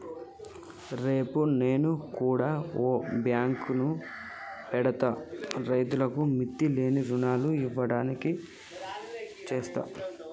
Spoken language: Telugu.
రేపు నేను గుడ ఓ బాంకు పెడ్తా, రైతులకు మిత్తిలేని రుణాలియ్యడానికి